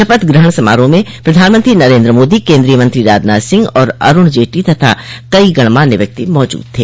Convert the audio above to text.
शपथ ग्रहण समारोह में प्रधानमंत्री नरेन्द्र मोदी केन्द्रीय मंत्री राजनाथ सिंह और अरूण जेटली तथा कई गणमान्य व्यक्ति मौजूद थे